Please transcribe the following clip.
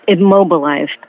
Immobilized